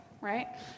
right